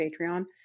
Patreon